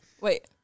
Wait